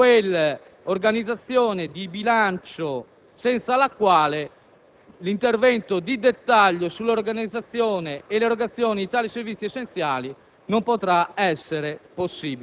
per le Regioni, intervenire nel dettaglio sull'organizzazione e l'erogazione di tali servizi essenziali di assistenza. È dunque pregiudiziale permettere